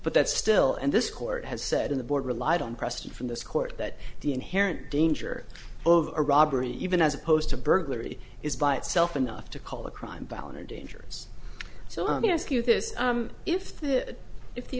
but that still and this court has said in the board relied on press from this court that the inherent danger of a robbery even as opposed to burglary is by itself enough to call a crime valinor dangerous so let me ask you this if the if the